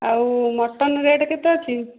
ଆଉ mutton rate କେତେ ଅଛି